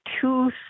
two